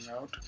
out